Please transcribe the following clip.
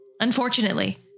Unfortunately